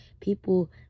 people